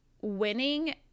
winning